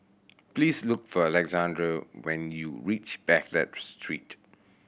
please look for Alexander when you reach Baghdad Street